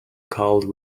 called